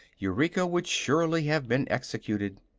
eureka would surely have been executed.